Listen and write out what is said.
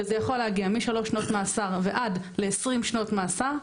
שזה יכול להגיע משלוש שנות מאסר ועד ל-20 שנות מאסר,